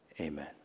Amen